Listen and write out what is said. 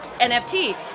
NFT